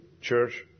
church